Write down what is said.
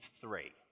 three